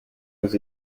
inzu